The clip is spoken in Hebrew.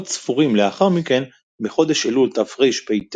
שבועות ספורים לאחר מכן, בחודש אלול תרפ"ט,